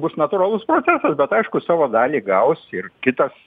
bus natūralus procesas bet aišku savo dalį gaus ir kitas